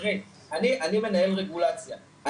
אני מנהל רגולציה,